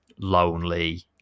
lonely